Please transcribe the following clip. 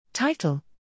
Title